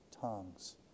tongues